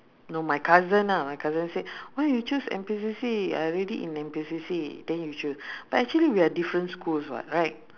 no my cousin ah my cousin said why you chose N_P_C_C I already in N_P_C_C then you choo~ but actually we're different schools [what] right